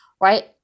right